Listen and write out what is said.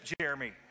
Jeremy